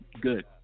good